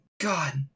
God